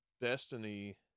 destiny